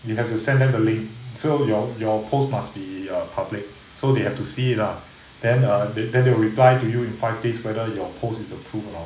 you have to send them the link so your your post must be err public so they have to see it lah then err then they will reply to you in five days whether your post is approved or not